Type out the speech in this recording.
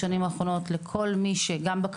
בשנים האחרונות לבקרות,